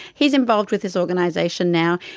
he's involved with this organisation now,